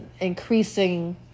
increasing